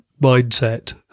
mindset